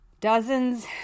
dozens